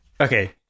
Okay